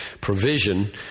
provision